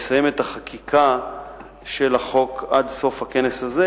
לסיים את החקיקה של החוק עד סוף הכנס הזה,